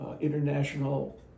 international